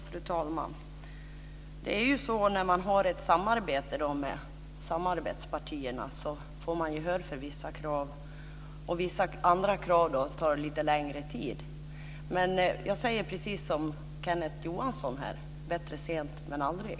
Fru talman! När man har ett samarbete med samarbetspartierna får man gehör för vissa krav. När det gäller andra krav tar det lite längre tid. Men jag säger precis som Kenneth Johansson: bättre sent än aldrig.